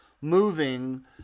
moving